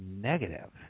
negative